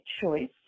choice